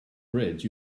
bridge